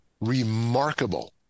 remarkable